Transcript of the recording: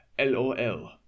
LOL